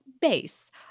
base